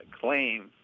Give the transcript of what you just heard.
claim